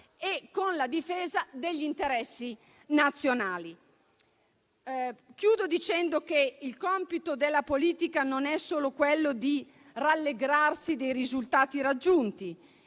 e con la difesa degli interessi nazionali. Chiudo dicendo che il compito della politica non è solo quello di rallegrarsi dei risultati raggiunti.